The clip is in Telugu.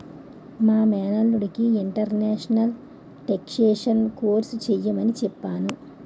మా మేనల్లుడికి ఇంటర్నేషనల్ టేక్షేషన్ కోర్స్ చెయ్యమని చెప్పాను